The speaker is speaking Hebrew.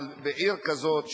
אבל בעיר כזאת,